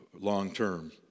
long-term